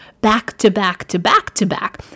back-to-back-to-back-to-back